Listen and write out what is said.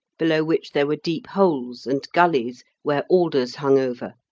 below which there were deep holes and gullies where alders hung over,